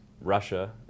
Russia